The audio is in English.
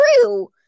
true